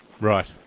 Right